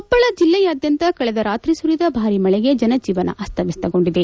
ಕೊಪ್ಪಳ ಜಿಲ್ಲೆಯಾದ್ಯಂತ ಕಳೆದ ರಾತ್ರಿ ಸುಲಿದ ಭಾಲಿ ಮಳೆಗೆ ಜನಜೀವನ ಅಸ್ತವ್ಯಸ್ತಗೊಂಡಿದೆ